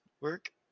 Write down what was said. work